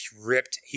ripped